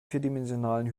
vierdimensionalen